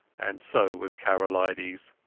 and so was karolides.